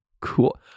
Cool